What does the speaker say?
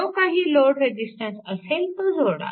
जो काही load resistance असेल तो जोडा